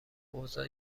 اوضاع